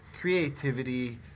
creativity